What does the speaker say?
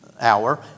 hour